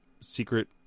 secret